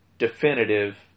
Definitive